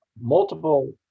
multiple